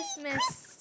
Christmas